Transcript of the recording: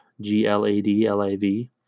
G-L-A-D-L-A-V